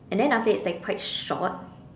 and then after that it's like quite short